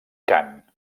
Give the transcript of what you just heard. cant